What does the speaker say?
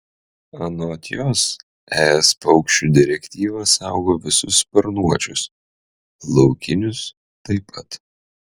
anot jos es paukščių direktyva saugo visus sparnuočius laukinius taip pat